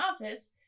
office